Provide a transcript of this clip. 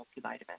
multivitamin